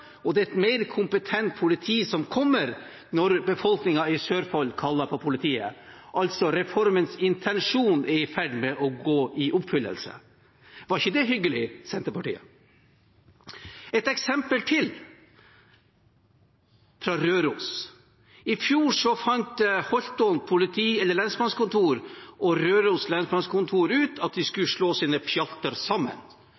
og det er et mer kompetent politi som kommer når befolkningen i Sørfold kaller på politiet. Altså: Reformens intensjon er i ferd med å gå i oppfyllelse. Var ikke det hyggelig, Senterpartiet? Et eksempel til, fra Røros: I fjor fant Holtålen lensmannskontor og Røros lensmannskontor ut at de